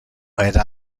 era